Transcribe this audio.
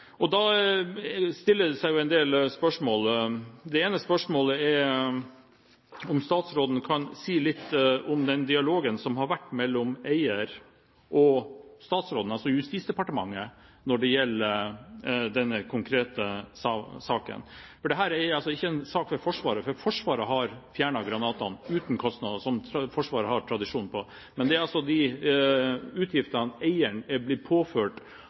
Det åpner for en del spørsmål. Det ene spørsmålet er om statsråden kan si litt om den dialogen som har vært mellom eieren og statsråden, altså Justisdepartementet, når det gjelder denne konkrete saken. For dette er ikke en sak for Forsvaret, for Forsvaret har fjernet granatene uten kostnader, som Forsvaret har tradisjon for. Men det dreier seg altså om de utgiftene eieren har blitt påført